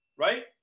Right